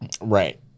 right